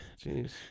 Jeez